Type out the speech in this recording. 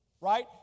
right